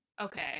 Okay